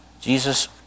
Jesus